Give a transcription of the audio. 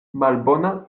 malbona